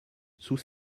sous